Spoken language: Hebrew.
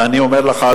ואני אומר לך,